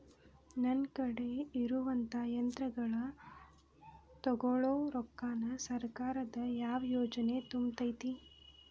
ನನ್ ಕಡೆ ಇರುವಂಥಾ ಯಂತ್ರಗಳ ತೊಗೊಳು ರೊಕ್ಕಾನ್ ಸರ್ಕಾರದ ಯಾವ ಯೋಜನೆ ತುಂಬತೈತಿ?